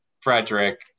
Frederick